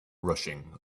rushing